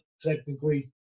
technically